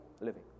living